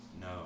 No